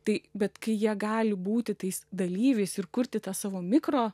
tai bet kai jie gali būti tais dalyviais ir kurti tą savo mikro